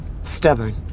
stubborn